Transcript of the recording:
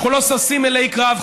אנחנו לא ששים אלי קרב,